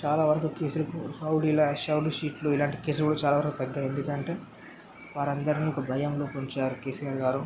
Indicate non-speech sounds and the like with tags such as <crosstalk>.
చాలా వరకు <unintelligible> రౌడీలా రౌడీషీట్లు ఇలాంటి కేసులు కూడా చాలా వరకు తగ్గాయి ఎందుకంటే వారందరిని ఒక భయంలో ఉంచారు కేసిఆర్ గారు